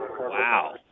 Wow